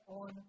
on